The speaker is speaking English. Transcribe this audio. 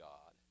God